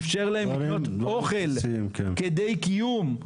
איפשר להם לקנות אוכל כדי קיום.